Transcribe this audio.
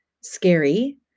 scary